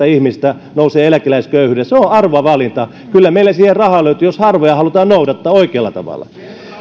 ihmistä nousee eläkeläisköyhyydestä se on arvovalinta kyllä meillä siihen rahaa löytyy jos arvoja halutaan noudattaa oikealla tavalla